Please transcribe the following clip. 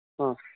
ಹಾಂ